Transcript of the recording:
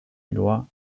éloi